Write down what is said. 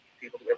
people